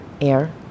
Air